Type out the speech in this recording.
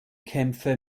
kämpfe